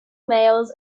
males